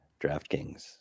DraftKings